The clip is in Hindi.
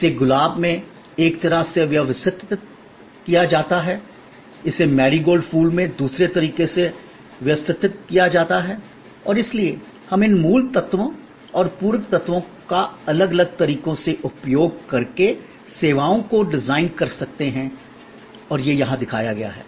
इसे गुलाब में एक तरह से व्यवस्थित किया जाता है इसे मैरीगोल्ड फूल में दूसरे तरीके से व्यवस्थित किया जाता है और इसलिए हम इन मूल तत्वों और पूरक तत्वों का अलग अलग तरीकों से उपयोग करके सेवाओं को डिज़ाइन कर सकते हैं और यह यहाँ दिखाया गया है